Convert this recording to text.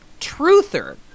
truther